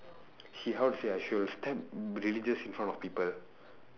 he how to say she'll stam~ religious in front of people